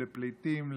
לפליטים,